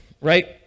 right